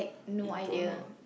you don't know